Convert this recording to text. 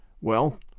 Well